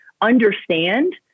understand